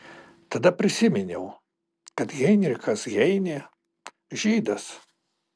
tada prisiminiau kad heinrichas heinė žydas